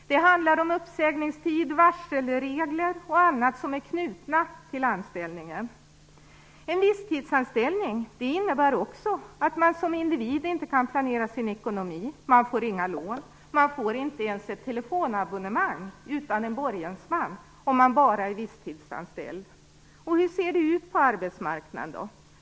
Det handlar om uppsägningstid, varselregler och annat som är knutet till anställningen. En visstidsanställning innebär också att man som individ inte kan planera sin ekonomi. Man får inga lån. Man får inte ens ett telefonabonnemang utan en borgensman om man bara är visstidsanställd. Hur ser det då ut på arbetsmarknaden?